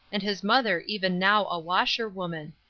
and his mother even now a washer-woman.